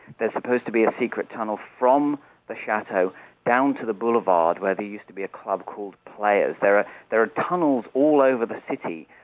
there's supposed to be a secret tunnel from the chateau down to the boulevard where there used to be a club called players. there ah there are tunnels all over the city.